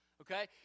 okay